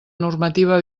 normativa